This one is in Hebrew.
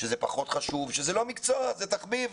שזה פחות חשוב, שזה לא מקצוע, זה תחביב,